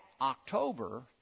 October